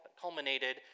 culminated